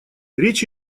речь